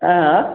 अँए